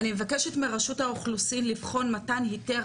אני מבקשת מרשות האוכלוסין לבחון מתן היתר